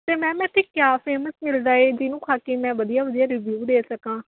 ਅਤੇ ਮੈਮ ਮੈਂ ਇੱਥੇ ਕਯਾ ਫ਼ੇਮਸ ਮਿਲਦਾ ਏ ਜਿਹਨੂੰ ਖਾ ਕੇ ਮੈਂ ਵਧੀਆ ਵਧੀਆ ਰੀਵਿਊ ਦੇ ਸਕਾਂ